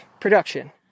production